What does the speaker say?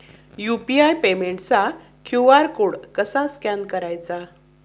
UPI पेमेंटचा QR code कसा scan करायचा?